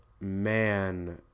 man